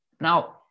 now